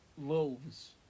loaves